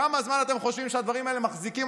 כמה זמן אתם חושבים שהדברים האלה מחזיקים